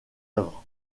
œuvres